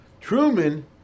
Truman